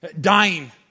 Dying